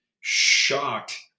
shocked